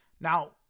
Now